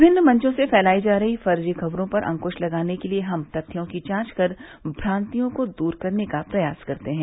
विभिन्न मंचों से फैलाई जा रही फर्जी खबरों पर अंक्श लगाने के लिए हम तथ्यों की जांच कर भ्रान्तियों को दूर करने का प्रयास करते हैं